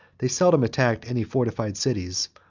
they seldom attacked any fortified cities,